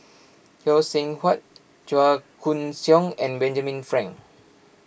Phay Seng Whatt Chua Koon Siong and Benjamin Frank